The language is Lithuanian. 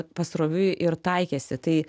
pasroviui ir taikėsi tai